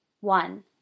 one